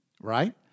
right